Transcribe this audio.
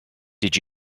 did